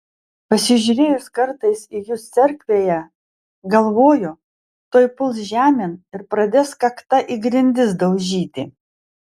pasižiūrėjus kartais į jus cerkvėje galvoju tuoj puls žemėn ir pradės kakta į grindis daužyti